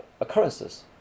occurrences